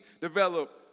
develop